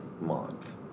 month